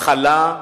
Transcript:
מחלה.